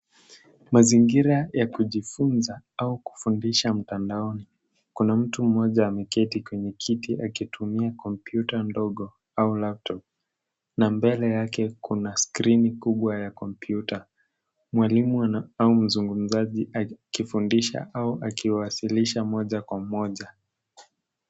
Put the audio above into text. Mazingira ya kujifunza au kufundisha mtandaoni. Kuna mtu mmoja ameketi kwenye kiti akitumia komputa ndogo au laptop ,na mbele yake kuna skrini kubwa ya komputa. Mwalimu au mzungumzaji akifundisha au akiwasilisha moja kwa moja.